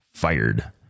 fired